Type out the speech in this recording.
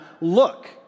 look